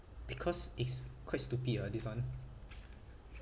because it's quite stupid ah this [one]